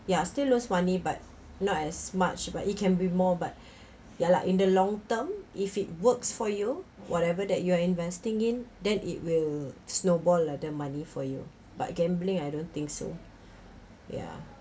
ya still lose money but not as much but it can be more but ya lah in the long term if it works for you whatever that you are investing in then it will snowball lah the money for you but gambling I don't think so ya